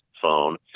phone